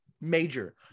major